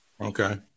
Okay